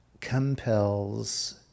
compels